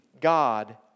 God